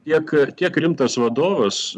tiek tiek rimtas vadovas